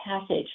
passage